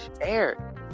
air